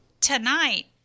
tonight